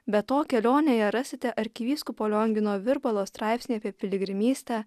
be to kelionėje rasite arkivyskupo liongino virbalo straipsnį apie piligrimystę